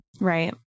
right